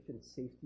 safety